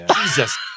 Jesus